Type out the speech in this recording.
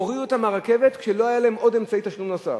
הורידו אותם מהרכבת כשלא היה להם עוד אמצעי תשלום נוסף.